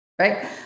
right